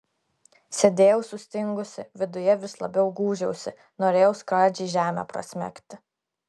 sėdėjau sustingusi viduje vis labiau gūžiausi norėjau skradžiai žemę prasmegti